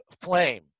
flame